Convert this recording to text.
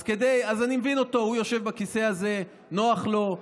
אז אני מבין אותו, הוא יושב בכיסא הזה, נוח לו,